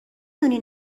دونی